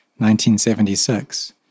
1976